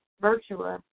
virtual